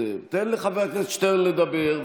תן לחבר הכנסת שטרן לדבר,